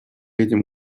этим